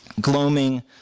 Gloaming